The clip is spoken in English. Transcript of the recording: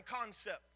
concept